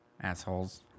Assholes